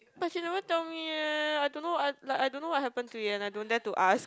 but she never tell me eh I don't know I like I don't know what happened to it and I don't dare to ask